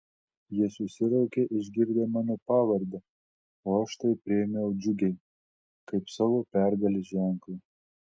jie susiraukė išgirdę mano pavardę o aš tai priėmiau džiugiai kaip savo pergalės ženklą